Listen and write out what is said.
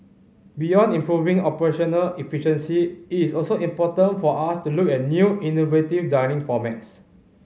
beyond improving operational efficiency it is also important for us to look at new innovative dining formats